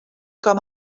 com